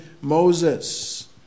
Moses